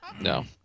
no